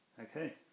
Okay